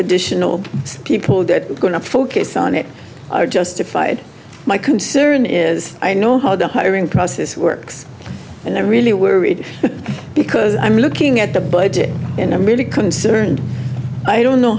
additional people that are going to focus on it are justified my concern is i know how the hiring process works and i'm really worried because i'm looking at the budget and i'm really concerned i don't know